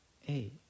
hey